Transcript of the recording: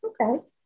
Okay